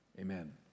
Amen